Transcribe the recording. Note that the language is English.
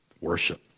Worship